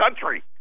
country